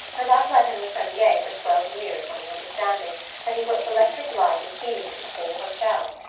and i've let him the premier for twelve years on the understanding that he puts electric light and heating into the whole hotel.